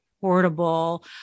portable